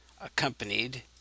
accompanied